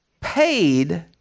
paid